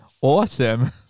awesome